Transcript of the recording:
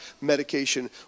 medication